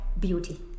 beauty